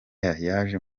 yaje